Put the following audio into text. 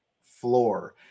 floor